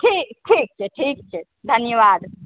ठीक ठीक छै ठीक छै धन्यवाद